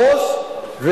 אדוני היושב-ראש, אני אומר